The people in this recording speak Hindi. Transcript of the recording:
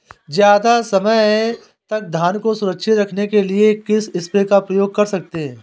ज़्यादा समय तक धान को सुरक्षित रखने के लिए किस स्प्रे का प्रयोग कर सकते हैं?